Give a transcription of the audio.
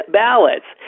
ballots